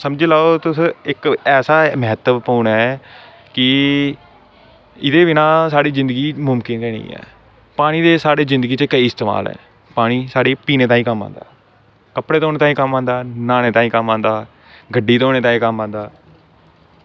समझी लैओ कि इक्क ऐसा महत्वपुर्ण ऐ कि एह्दे बिना साढ़ी जिंदगी मुमकन गै निं ऐ पानी दे साढ़ी जिंदगी बिच केईं इस्तेमाल न पानी साढ़े पीने ताहीं कम्म आंदा कपड़े धोने ताहीं कम्म आंदा न्हौने ताहीं कम्म आंदा गड्डी धोने ताहीं कम्म आंदा